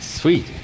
sweet